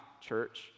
church